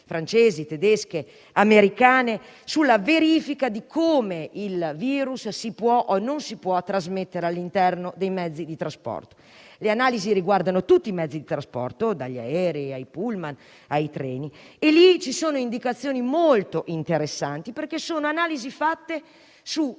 (francesi, tedesche, americane) sulla verifica di come il virus si può o non si può trasmettere all'interno dei mezzi di trasporto. Tali analisi riguardano tutti i mezzi di trasporto (aerei, pullman, treni), e lì ci sono indicazioni molto interessanti perché sono analisi fatte su